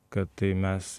kad tai mes